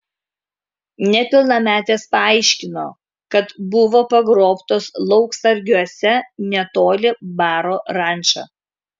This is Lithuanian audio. nepilnametės paaiškino kad buvo pagrobtos lauksargiuose netoli baro ranča